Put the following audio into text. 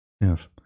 Yes